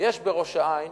יש בראש-העין